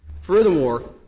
Furthermore